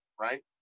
right